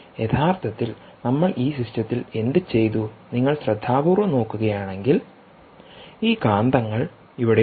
യഥാർത്ഥത്തിൽ നമ്മൾ ഈ സിസ്റ്റത്തിൽ എന്ത് ചെയ്തു നിങ്ങൾ ശ്രദ്ധാപൂർവ്വം നോക്കുകയാണെങ്കിൽ ഈ കാന്തങ്ങൾ ഇവിടെയുണ്ട്